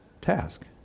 task